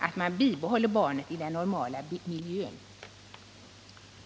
Att bibehålla barnen i den normala miljön är alltså dagens trend.